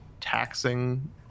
taxing